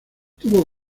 tuvo